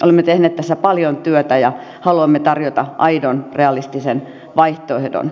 olemme tehneet tässä paljon työtä ja haluamme tarjota aidon realistisen vaihtoehdon